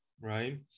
right